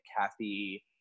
Kathy